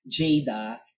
Jada